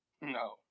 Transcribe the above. No